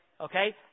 okay